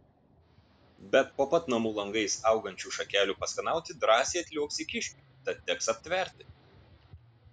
bet po pat namų langais augančių šakelių paskanauti drąsiai atliuoksi kiškiai tad teks aptverti